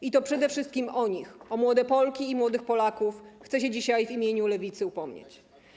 I to przede wszystkim o nich, o młode Polki i młodych Polaków chcę się dzisiaj w imieniu Lewicy upomnieć.